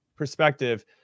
perspective